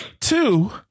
Two